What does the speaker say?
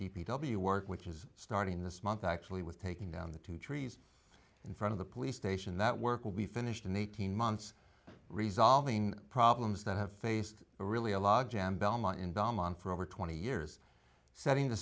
d p w work which is starting this month actually with taking down the two trees in front of the police station that work will be finished in eighteen months resolving problems that have faced really a logjam belmont in belmont for over twenty years setting the